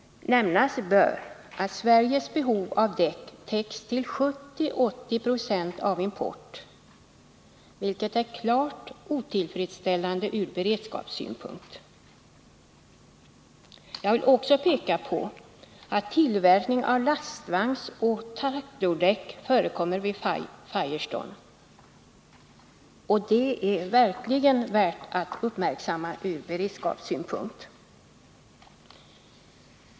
Nämnas bör att Sveriges behov av däck täcks till 70-80 96 av import, vilket är klart otillfredsställande ur beredskapssynpunkt. Firestone tillverkar också lastvagnsoch traktordäck, och det är verkligen värt att uppmärksamma med tanke på en eventuell avspärrning.